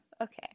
Okay